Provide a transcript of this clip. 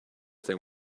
them